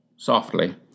softly